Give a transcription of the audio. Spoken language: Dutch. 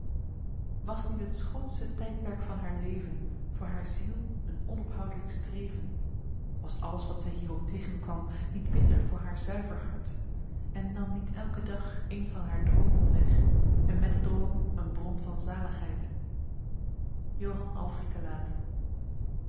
was niet het schoonste tydperk van haer leven voor hare ziel een onophoudlyk streven was alles wat zy hier ook tegenkwam niet bitter voor haer zuiver hart en nam niet elke dag een van haer droomen weg en met den droom een bron van zaligheid johan alfried de laet